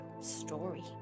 story